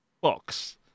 box